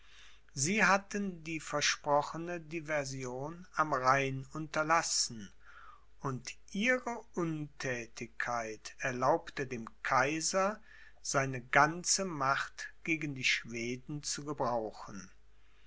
sie hatten die versprochene diversion am rhein unterlassen und ihre unthätigkeit erlaubte dem kaiser seine ganze macht gegen die schweden zu gebrauchen